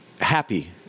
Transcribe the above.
happy